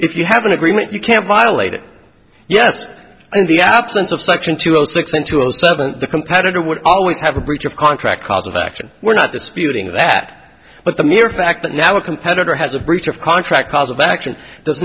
if you have an agreement you can violate it yes in the absence of section two zero six and two and seven the competitor would always have a breach of contract cause of action we're not disputing that but the mere fact that now a competitor has a breach of contract cause of action does